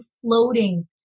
floating